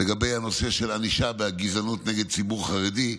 לגבי נושא של ענישה והגזענות נגד ציבור חרדי.